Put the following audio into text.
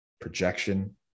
projection